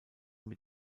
mit